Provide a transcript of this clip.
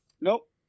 Nope